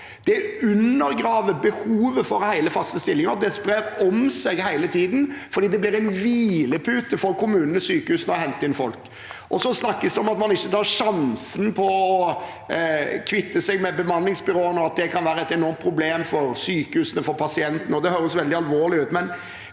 Det undergraver behovet for hele og faste stillinger, og det brer om seg hele tiden fordi det blir en hvilepute for kommunene og sykehusene å hente inn folk. Det snakkes også om at man ikke tar sjansen på å kvitte seg med bemanningsbyråene, og at det kan være et enormt problem for sykehusene og pasientene, og det høres veldig alvorlig ut.